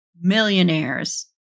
millionaires